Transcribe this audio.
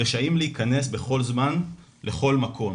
רשאים להיכנס בכל זמן לכל מקום,